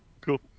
cool